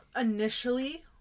initially